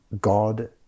God